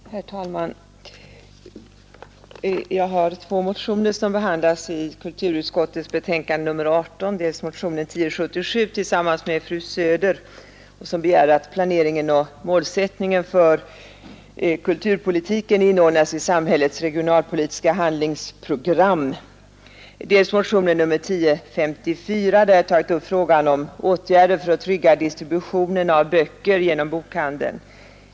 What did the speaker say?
Herr talman! Jag har väckt två motioner som behandlas i kulturutskottets betänkande nr 18 — dels motionen 1077 som jag väckt tillsammans med fru Söder och där vi begär att planeringen och målsättningen för kulturpolitiken skall inordnas i samhällets regionalpolitiska handlingsprogram, dels motionen 1054 där jag tagit upp frågan om åtgärder för att trygga distributionen av böcker genom bokhandeln.